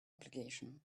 obligation